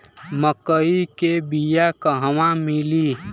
मक्कई के बिया क़हवा मिली?